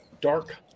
Dark